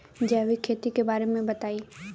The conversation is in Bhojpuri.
जैविक खेती के बारे में बताइ